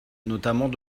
notamment